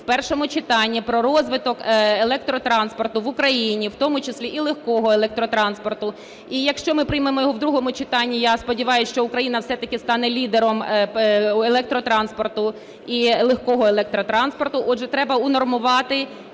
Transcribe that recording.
в першому читанні про розвиток електротранспорту в Україні, в тому числі і легкого електротранспорту. І, якщо ми приймемо його в другому читанні, я сподіваюсь, що Україна все-таки стане лідером електротранспорту і легкого електротранспорту. Отже, треба унормувати і все